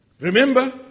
Remember